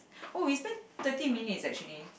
oh we spent thirty minutes actually